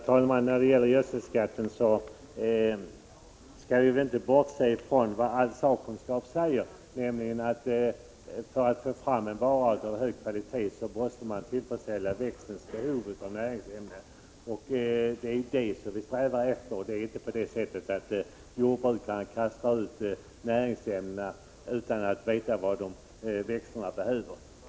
Herr talman! I frågan om gödselskatten skall vi inte bortse från vad all sakkunskap säger, nämligen att man för att få fram en vara av hög kvalitet måste tillgodose växtens behov av näringsämnen. Det är vad vi strävar efter. Jordbrukarna kastar inte heller ut näringsämnen utan att veta vad växterna behöver.